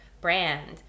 brand